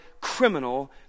criminal